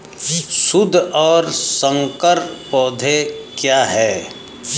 शुद्ध और संकर पौधे क्या हैं?